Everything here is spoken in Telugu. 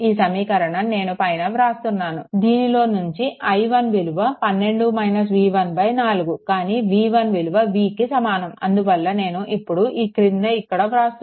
ఈ సమీకరణాన్ని నేను పైన వ్రాస్తున్నాను దీనిలో నుంచి i1 విలువ 4 కానీ v1 విలువ vకి సమానంఅందువల్లనేను ఇప్పుడు ఈ క్రింద ఇక్కడ వ్రాస్తాను i1 4